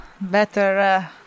better